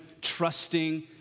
trusting